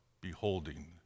beholding